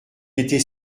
était